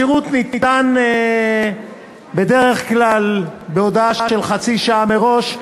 השירות ניתן בדרך כלל בהודעה של חצי שעה מראש,